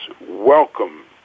welcome